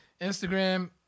instagram